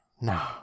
No